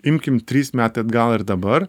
imkim trys metai atgal ir dabar